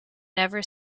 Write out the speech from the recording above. never